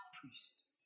priest